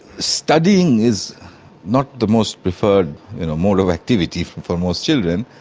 studying is not the most preferred mode of activity for for most children,